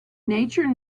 nature